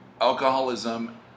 alcoholism